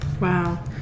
Wow